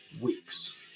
weeks